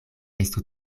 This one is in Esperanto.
estu